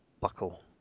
buckle